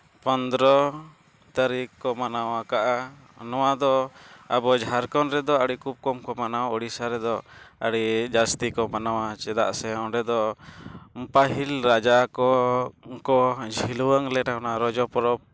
ᱯᱚᱱᱫᱨᱚ ᱛᱟᱹᱨᱤᱠ ᱠᱚ ᱢᱟᱱᱟᱣ ᱟᱠᱟᱜᱼᱟ ᱱᱚᱣᱟ ᱫᱚ ᱟᱵᱚ ᱡᱷᱟᱲᱠᱷᱚᱸᱰ ᱨᱮᱫᱚ ᱟᱹᱰᱤ ᱠᱚᱢ ᱠᱚ ᱢᱟᱱᱟᱣᱟ ᱳᱰᱤᱥᱟ ᱨᱮᱫᱚ ᱟᱹᱰᱤ ᱡᱟᱹᱥᱛᱤ ᱠᱚ ᱢᱟᱱᱟᱣᱟ ᱪᱮᱫᱟᱜ ᱥᱮ ᱚᱸᱰᱮ ᱫᱚ ᱯᱟᱹᱦᱤᱞ ᱨᱟᱡᱟ ᱠᱚ ᱡᱷᱤᱞᱞᱟᱹᱣᱜ ᱞᱮᱱᱟ ᱚᱱᱟ ᱨᱚᱡᱚ ᱯᱚᱨᱚᱵ